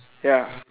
ya